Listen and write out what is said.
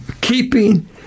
keeping